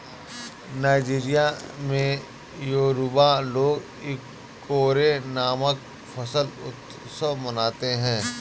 Nigeria में Yoruba लोग Ikore नामक फसल उत्सव मनाते हैं